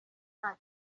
nta